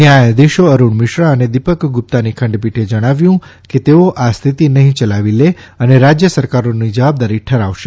ન્યાયાધીશો અરૂણ મિશ્રા અને દીપક ગુપ્તાની ખંડપીઠે જણાવ્યુ કે તેઓ આ સ્થિતિ નઠ્ઠી યલાવી લે અને રાજય સરકારોની જવાબદારી ઠરાવશે